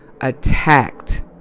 attacked